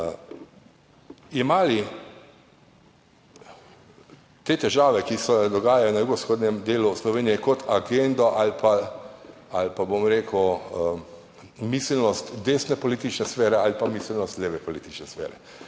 jemali te težave, ki se dogajajo na jugovzhodnem delu Slovenije, kot agendo ali pa, bom rekel, miselnost desne politične sfere ali pa miselnost leve politične sfere.